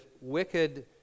wicked